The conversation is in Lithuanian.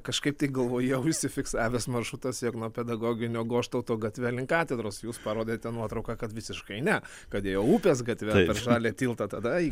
kažkaip tai galvoje užsifiksavęs maršrutas jog nuo pedagoginio goštauto gatve link katedros jūs parodėte nuotrauką kad visiškai ne kad ėjo upės gatve per žalią tiltą tada į